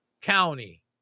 county